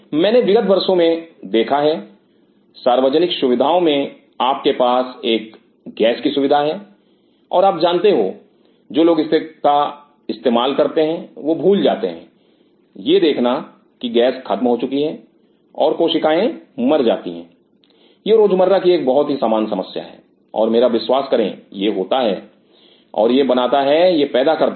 मैंने विगत वर्षों में देखा है सार्वजनिक सुविधाओं में आपके पास एक गैस की सुविधा है और आप जानते हो जो लोग इसका इस्तेमाल करते हैं वह भूल जाते हैं यह देखना की गैस खत्म हो चुकी है और कोशिकाएं मर जाती हैं यह रोजमर्रा की एक बहुत ही सामान्य समस्या है और मेरा विश्वास करें यह होता है और यह बनाता है यह पैदा करता है